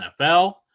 NFL